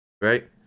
right